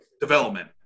development